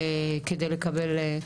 כדי לקבל.